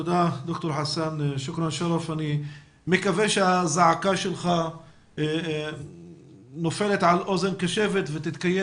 אני מקווה שהזעקה שלך נופלת על אוזן קשבת ותתקיים